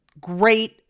great